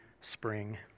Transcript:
spring